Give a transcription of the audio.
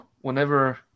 whenever